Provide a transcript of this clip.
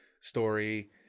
story